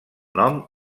nom